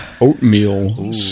Oatmeal